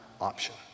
option